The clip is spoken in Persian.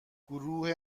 گروه